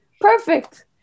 Perfect